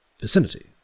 vicinity